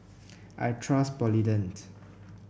I trust Polident